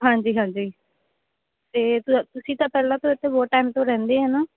ਹਾਂਜੀ ਹਾਂਜੀ ਅਤੇ ਤੁ ਤੁਸੀਂ ਤਾਂ ਪਹਿਲਾਂ ਤੋਂ ਇੱਥੇ ਬਹੁਤ ਟਾਈਮ ਤੋਂ ਰਹਿੰਦੇ ਹੈ ਨਾ